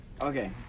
Okay